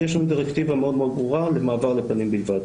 יש לנו דירקטיבה מאוד מאוד ברורה למעבר לפנים בלבד